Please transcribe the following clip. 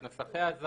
את נוסחי האזהרה,